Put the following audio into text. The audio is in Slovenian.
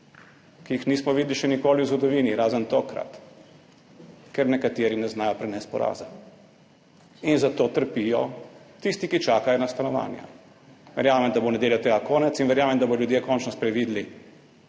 ki jih nismo videli še nikoli v zgodovini, razen tokrat, ker nekateri ne znajo prenesti poraza in zato trpijo tisti, ki čakajo na stanovanja. Verjamem, da bo v nedeljo tega konec in verjamem, da bodo ljudje končno sprevideli,